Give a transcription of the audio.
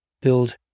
build